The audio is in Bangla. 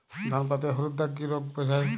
ধান পাতায় হলুদ দাগ কি রোগ বোঝায়?